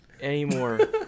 Anymore